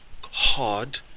hard